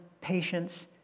patience